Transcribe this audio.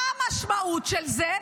מה המשמעות של זה?